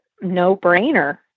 no-brainer